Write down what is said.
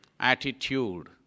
Attitude